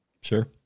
Sure